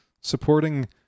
supporting